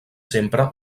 sempre